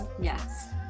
Yes